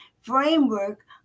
framework